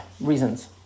reasons